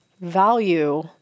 value